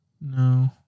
No